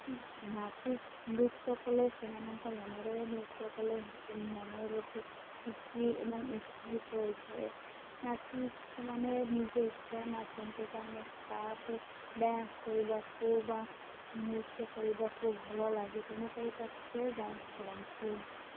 ନାଚି ନୃତ୍ୟ କଲେ ସେମାନଙ୍କ ମନରେ ନୃତ୍ୟ କଲେ ମନରେ ଗୋଟେ ଖୁସି ଏବଂ ଉତ୍ସାହିତ ହୋଇଥାଏ ନାଚ ସେମାନେ ନିଜ ଇଚ୍ଛାରେ ନାଚନ୍ତି କାରଣ ତାକୁ ଡ୍ୟାନ୍ସ କରିବାକୁ ବା ନୃତ୍ୟ କରିବାକୁ ଭଲ ଲାଗେ ତେଣୁକରି ତାକୁ ସେ ଡ୍ୟାନ୍ସ କରନ୍ତି